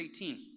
18